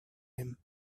him